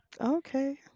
Okay